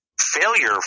failure